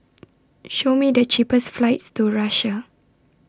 Show Me The cheapest flights to Russia